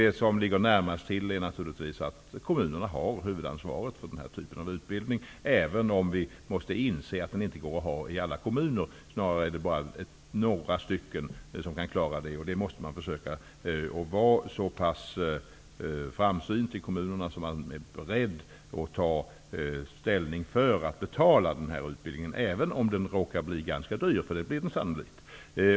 Det som ligger närmast till hands är naturligtvis att kommunerna har huvudansvaret för den här typen av utbildning, även om vi måste inse att den inte går att ordna i alla kommuner -- snarare är det bara några stycken som kan klara det. Man måste i kommunerna försöka att vara så framsynt att man är beredd att ta ställning för att betala den här utbildningen, även om den råkar bli ganska dyr; det blir den sannolikt.